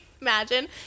imagine